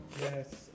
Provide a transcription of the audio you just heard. Yes